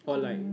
or like